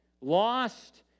Lost